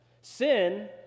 Sin